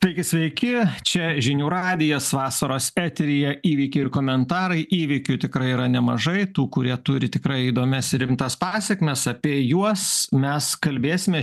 taigi sveiki čia žinių radijas vasaros eteryje įvykiai ir komentarai įvykių tikrai yra nemažai tų kurie turi tikrai įdomias ir rimtas pasekmes apie juos mes kalbėsime